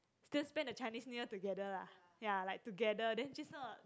still spend the Chinese New Year together lah ya like together then jun sheng